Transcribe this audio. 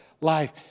life